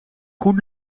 goed